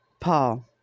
paul